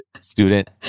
student